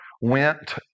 went